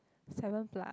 seven plus